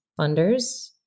funders